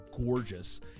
gorgeous